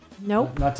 Nope